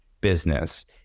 business